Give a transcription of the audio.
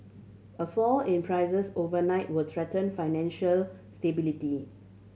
a fall in prices overnight will threaten financial stability